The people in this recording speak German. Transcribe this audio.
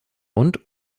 und